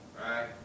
Right